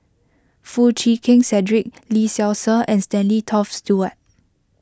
Foo Chee Keng Cedric Lee Seow Ser and Stanley Toft Stewart